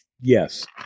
Yes